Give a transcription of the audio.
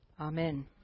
Amen